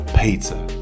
pizza